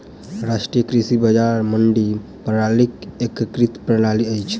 राष्ट्रीय कृषि बजार मंडी प्रणालीक एकीकृत प्रणाली अछि